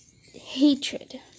hatred